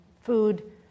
food